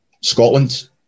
Scotland